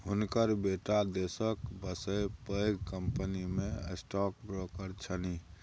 हुनकर बेटा देशक बसे पैघ कंपनीमे स्टॉक ब्रोकर छनि